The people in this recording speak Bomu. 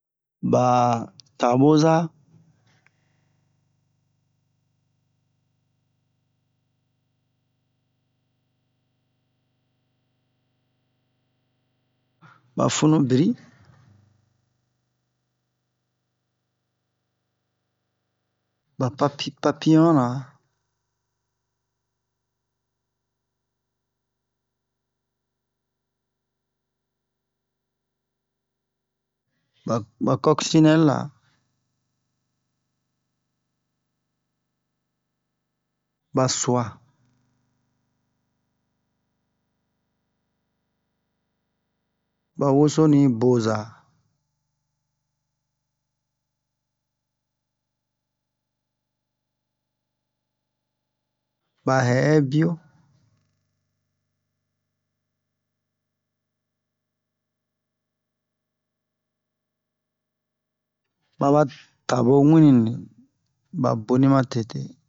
ɓa taɓoza ɓa funubiri ɓa ɓa papiyon-ra ɓa kokesinɛlela ɓa suwa ɓa wosonu boza ɓa hɛ'ɛbiyo maba taɓu hinni -hinni ɓa boni matete